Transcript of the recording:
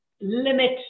limit